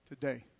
Today